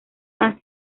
han